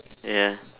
yeah